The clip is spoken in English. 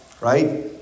right